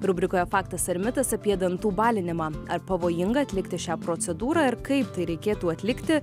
rubrikoje faktas ar mitas apie dantų balinimą ar pavojinga atlikti šią procedūrą ir kaip tai reikėtų atlikti